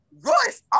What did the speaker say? Royce